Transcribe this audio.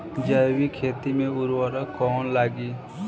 जैविक खेती मे उर्वरक कौन लागी?